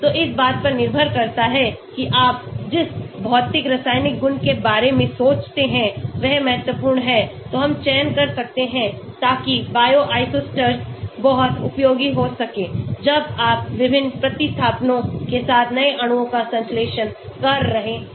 तो इस बात पर निर्भर करता है कि आप जिस भौतिक रासायनिक गुण के बारे में सोचते हैं वह महत्वपूर्ण है तो हम चयन कर सकते हैं ताकि Bioisosteres बहुत उपयोगी हो सकें जब आप विभिन्न प्रतिस्थापनों के साथ नए अणुओं का संश्लेषण कर रहे हैं